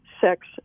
sex